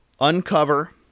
uncover